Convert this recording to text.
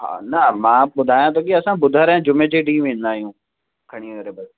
हा न मां ॿुधायां थो की असां ॿुधर ऐं जुमे जे ॾींहुं वेंदा आहियूं खणी करे बसि